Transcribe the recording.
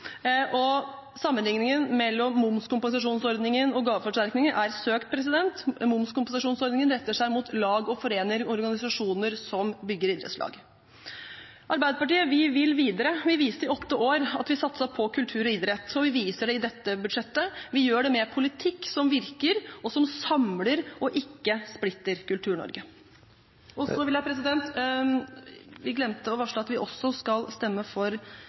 og sammenligningen mellom momskompensasjonsordningen og gaveforsterkningen er søkt. Momskompensasjonsordningen retter seg mot lag, foreninger og organisasjoner. Arbeiderpartiet vil videre. Vi viste i åtte år at vi satset på kultur og idrett, og vi viser det i dette budsjettet. Vi gjør det med politikk som virker, og som samler og ikke splitter Kultur-Norge. Så vil jeg varsle at Arbeiderpartiet vil stemme for Senterpartiets forslag nr. 15. Da tror jeg Arbeiderpartiet har stemmeforklart alle forslagene vi skal stemme for.